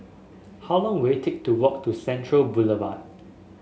how long will it take to walk to Central Boulevard